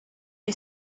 you